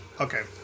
Okay